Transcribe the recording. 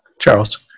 Charles